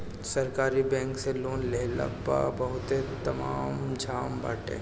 सरकारी बैंक से लोन लेहला पअ बहुते ताम झाम बाटे